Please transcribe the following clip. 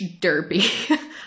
derpy